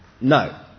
No